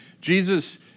Jesus